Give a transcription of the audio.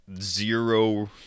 zero